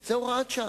זאת הוראת שעה.